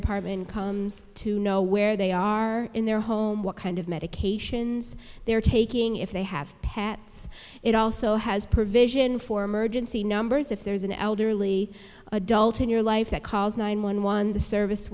department comes to know where they are in their home what kind of medications they are taking if they have pets it also has provision for emergency numbers if there's an elderly adult in your life that calls nine one one the service